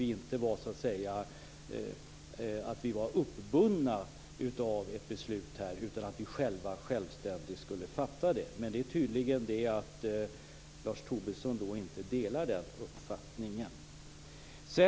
Vi var inte uppbundna av ett beslut, utan vi skulle själva självständigt fatta det. Men Lars Tobisson delar tydligen inte den uppfattningen.